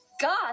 God